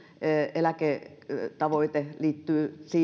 eläketavoite liittyy nimenomaisesti siihen